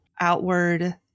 outward